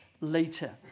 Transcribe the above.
later